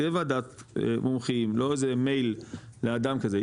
תהיה ועדת מומחים לא איזה מייל לאדם כזה,